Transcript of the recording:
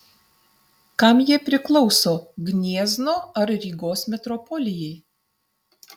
kam jie priklauso gniezno ar rygos metropolijai